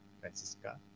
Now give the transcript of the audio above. Francisca